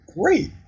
great